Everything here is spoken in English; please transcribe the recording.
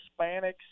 Hispanics